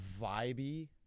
vibey